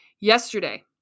yesterday